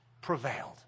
prevailed